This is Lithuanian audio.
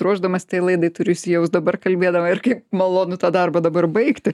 ruošdamasi tai laidai turiu įsijaust dabar kalbėdama ir kaip malonu tą darbą dabar baigti